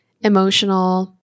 emotional